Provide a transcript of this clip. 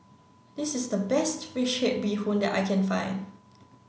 this is the best fish head bee hoon that I can find